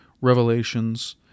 revelations